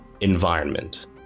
environment